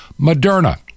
Moderna